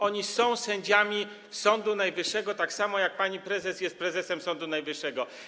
Oni są sędziami Sądu Najwyższego, tak samo jak pani prezes jest prezesem Sądu Najwyższego.